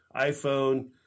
iPhone